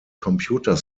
computer